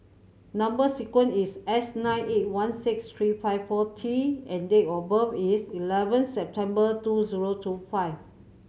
number sequence is S nine eight one six three five four T and date of birth is eleven September two zero two five